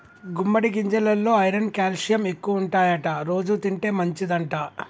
గుమ్మడి గింజెలల్లో iron calcium ఎక్కువుంటాయట రోజు తింటే మంచిదంట